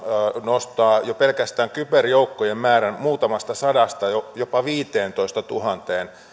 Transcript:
nostaa jo pelkästään kyberjoukkojen määrän muutamasta sadasta jopa viiteentoistatuhanteen